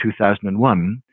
2001